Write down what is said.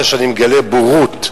שאני מגלה בורות,